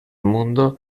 mundo